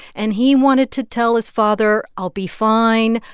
and he wanted to tell his father, i'll be fine.